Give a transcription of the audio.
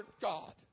God